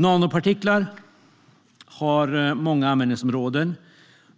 Nanopartiklar har många användningsområden,